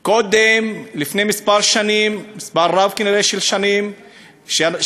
לפני מספר שנים, כנראה מספר